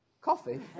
Coffee